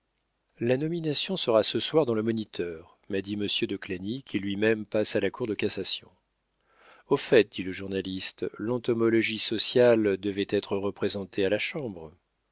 la nomination sera ce soir dans le moniteur m'a dit monsieur de clagny qui lui-même passe à la cour de cassation au fait dit le journaliste l'entomologie sociale devait être représentée à la chambre